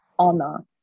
honor